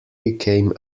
became